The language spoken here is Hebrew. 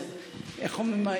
איך אומרים,